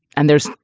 and there's,